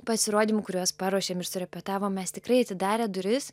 pasirodymų kuriuos paruošėm ir surepetavommes tikrai atidarę duris